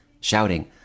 shouting